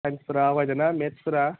साइन्सफोरा आवगायदोंना मेट्सफोरा